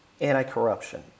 Anti-corruption